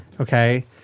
Okay